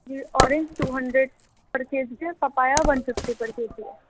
جی orange two hundred پر K G ہے papaya one fifty پر کے جی ہے